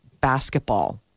basketball